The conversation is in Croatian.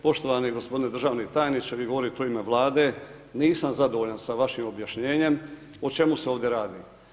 Poštovani g. državni tajniče, vi govorite u ime Vlade, nisam zadovoljan sa vašim objašnjenjem, o čemu se ovdje radi?